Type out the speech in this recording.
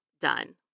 done